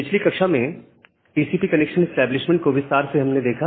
पिछली कक्षा में टीसीपी कनेक्शन इस्टैब्लिशमेंट को विस्तार में हमने देखा